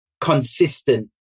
consistent